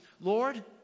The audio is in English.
Lord